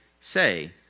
say